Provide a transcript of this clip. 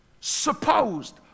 supposed